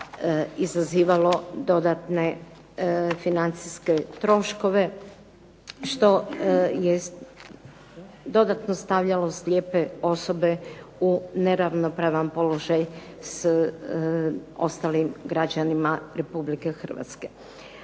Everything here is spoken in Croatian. izazivalo dodatne financijske troškove što je dodatno stavljamo slijepe osobe u neravnopravan položaj s ostalim građanima Republike Hrvatske.